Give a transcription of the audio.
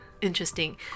interesting